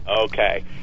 Okay